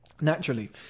naturally